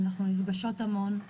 אנחנו נפגשות המון,